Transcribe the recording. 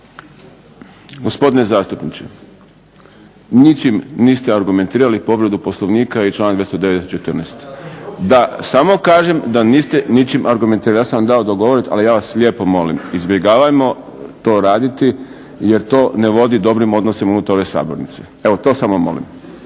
Gospodine zastupniče, ničim niste argumentirali povredu Poslovnika i članak 209., 214. … /Upadica se ne razumije./… Samo kažem da niste ničim argumentirali. Ja sam vam dao da odgovorite, ali ja vas lijepo molim izbjegavajmo to raditi jer to ne vodi dobrim odnosima unutar ove sabornice. Evo to samo molim.